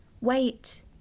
Wait